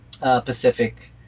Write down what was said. Pacific